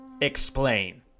Explain